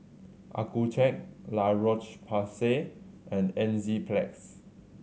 Accucheck La Roche Porsay and Enzyplex